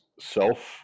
self